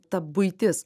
ta buitis